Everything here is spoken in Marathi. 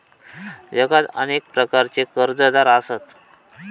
जगात अनेक प्रकारचे कर्जदार आसत